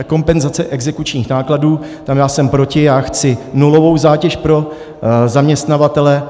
Kompenzace exekučních nákladů tam jsem proti, já chci nulovou zátěž pro zaměstnavatele.